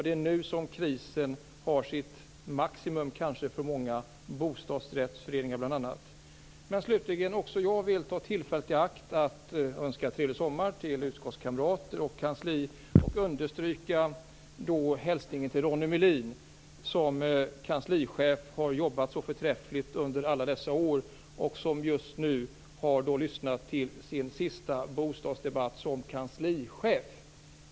Det är nu som krisen kanske har sitt maximum för bl.a. många bostadsrättsföreningar. Slutligen vill också jag ta tillfället i akt att önska en trevlig sommar till utskottskamrater och kansli. Jag vill också understryka hälsningen till Ronnie Melin som har jobbat så förträffligt som kanslichef under alla dessa år. Nu har han alltså lyssnat till sin sista bostadsdebatt som kanslichef.